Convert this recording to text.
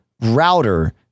router